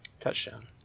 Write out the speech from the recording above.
touchdown